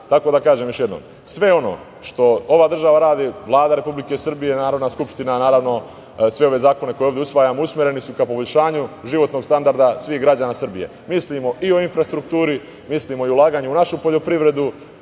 da, kažem još jednom, sve ono što ova država radi, Vlada Republike Srbije, Narodna skupština, naravno sve ove zakone koje ovde usvajamo usmereni su ka poboljšanju životnog standarda svih građana Srbije. Mislimo i o infrastrukturi, mislimo i o ulaganju u našu poljoprivredu,